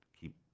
keep